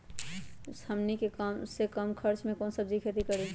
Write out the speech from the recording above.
हमनी के सबसे कम खर्च में कौन से सब्जी के खेती करी?